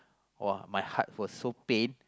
!wah! my heart was so pain